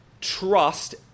trust